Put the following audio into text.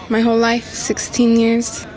my whole life sixteen years.